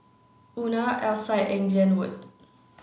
Una Alcide and Glenwood